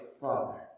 Father